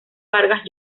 vargas